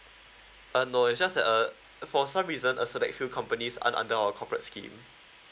uh no it's just uh for some reason a select few companies are under our corporate scheme